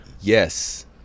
Yes